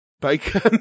Bacon